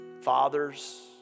fathers